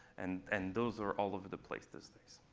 and and those are all over the place, those things.